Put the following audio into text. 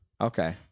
Okay